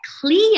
clear